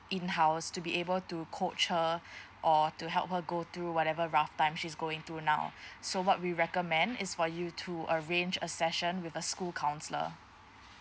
in house to be able to coach her or to help her go through whatever rough time she's going to now so what we recommend is for you to arrange a session with a school counsellor